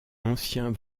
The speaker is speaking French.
ancien